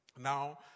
Now